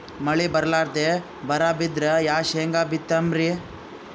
ಮಳಿ ಬರ್ಲಾದೆ ಬರಾ ಬಿದ್ರ ಯಾ ಶೇಂಗಾ ಬಿತ್ತಮ್ರೀ?